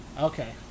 Okay